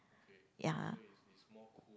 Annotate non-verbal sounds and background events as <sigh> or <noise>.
ya <noise>